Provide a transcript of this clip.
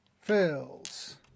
fails